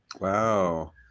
Wow